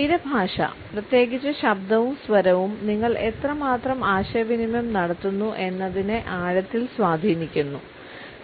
ശരീരഭാഷ പ്രത്യേകിച്ച് ശബ്ദവും സ്വരവും നിങ്ങൾ എത്രമാത്രം ആശയവിനിമയം നടത്തുന്നു എന്നതിനെ ആഴത്തിൽ സ്വാധീനിക്കുന്നു